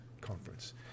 conference